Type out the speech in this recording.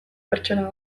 pertsona